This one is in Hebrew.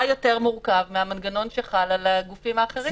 יותר מורכב מהמנגנון שחל על הגופים האחרים.